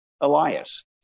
Elias